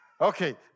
Okay